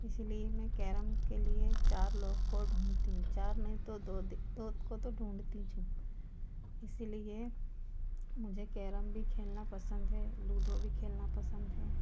इसलिए मैं कैरम के लिए चार लोग को ढूँढती हूँ चार नहीं तो दो दो को तो ढूँढतीज हूँ इसलिए मुझे कैरम भी खेलना पसंद है लूडो भी खेलना पसंद है